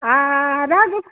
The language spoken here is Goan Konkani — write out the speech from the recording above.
आं राव गो